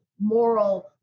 moral